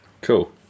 Cool